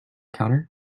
counter